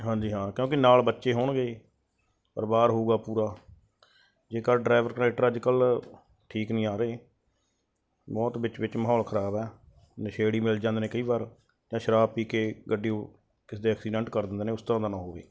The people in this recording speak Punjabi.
ਹਾਂਜੀ ਹਾਂ ਕਿਉਂਕਿ ਨਾਲ ਬੱਚੇ ਹੋਣਗੇ ਪਰਿਵਾਰ ਹੋਊਗਾ ਪੂਰਾ ਜੇਕਰ ਡਰਾਈਵਰ ਕੰਡੈਕਟਰ ਅੱਜ ਕੱਲ੍ਹ ਠੀਕ ਨਹੀਂ ਆ ਰਹੇ ਬਹੁਤ ਵਿੱਚ ਵਿੱਚ ਮਾਹੌਲ ਖਰਾਬ ਹੈ ਨਸ਼ੇੜੀ ਮਿਲ ਜਾਂਦੇ ਨੇ ਕਈ ਵਾਰ ਜਾਂ ਸ਼ਰਾਬ ਪੀ ਕੇ ਗੱਡੀ ਕਿਸੇ ਦੇ ਐਕਸੀਡੈਂਟ ਕਰ ਦਿੰਦੇ ਨੇ ਉਸ ਤਰ੍ਹਾਂ ਦਾ ਨਾ ਹੋਵੇ